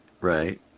Right